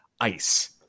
Ice